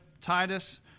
Titus